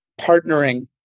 partnering